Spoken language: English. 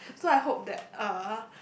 so I hope that uh